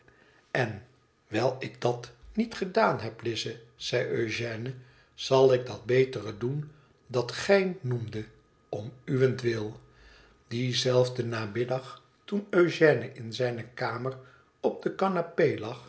en wijl ik dat niet gedaan heb lize zei eugène zal ik dat betere doen dat gij noemdet om uwentwil dien zelfden namiddag toen eugène in zijne kamer op de